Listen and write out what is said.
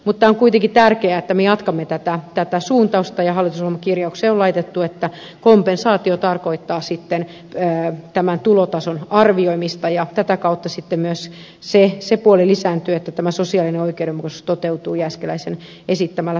mutta on kuitenkin tärkeää että me jatkamme tätä suuntausta ja hallitusohjelmakirjaukseen on laitettu että kompensaatio tarkoittaa tämän tulotason arvioimista ja tätä kautta myös se puoli lisääntyy että sosiaalinen oikeudenmukaisuus toteutuu jääskeläisen esittämällä tavalla